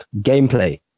gameplay